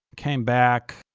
came back,